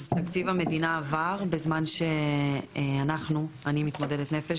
אז תקציב המדינה עבר בזמן שאנחנו גם אני מתמודדת נפש